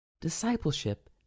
Discipleship